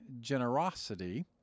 generosity